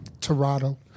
Toronto